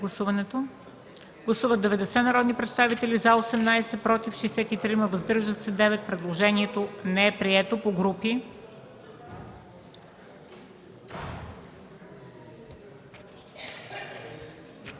Гласували 94 народни представители: за 15, против 72, въздържали се 7. Предложението не е прието.